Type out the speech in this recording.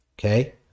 Okay